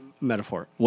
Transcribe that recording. metaphor